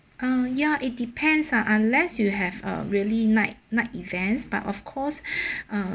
ugh ya it depends ah unless you have uh really night night events but of course mm